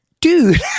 dude